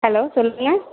hello சொல்லுங்க